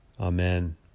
Amen